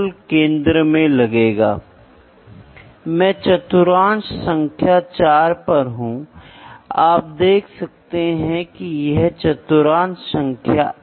इसलिए कुछ मौजूद होना चाहिए और जब कुछ मौजूद होता है वह क्या है मैं उसको निर्धारित करना चाहूँगा उदाहरण के लिए वह गिनती के रूप में हो सकता है वह आकृति के रूप में हो सकता है वह आकार के रूप में हो सकता है वह पूर्णता के रूप में हो सकता है